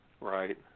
right